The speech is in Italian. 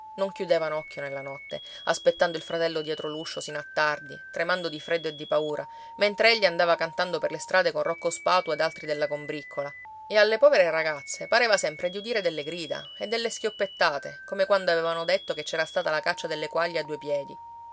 non chiudevano occhio nella notte aspettando il fratello dietro l'uscio sino a tardi tremando di freddo e di paura mentre egli andava cantando per le strade con rocco spatu ed altri della combriccola e alle povere ragazze pareva sempre di udire delle grida e delle schioppettate come quando avevano detto che c'era stata la caccia delle quaglie a due piedi